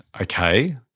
okay